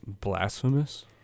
Blasphemous